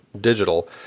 digital